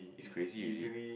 it's crazy already